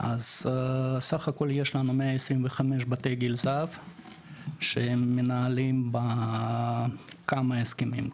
אז סך הכול יש לנו 125 בתי גיל הזהב שהם מנוהלים בכמה הסכמים,